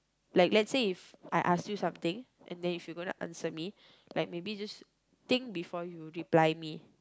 like let's say If I ask you something and then if you gonna answer like maybe just think before you reply me